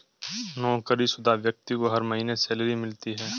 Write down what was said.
नौकरीशुदा व्यक्ति को हर महीने सैलरी मिलती है